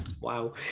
Wow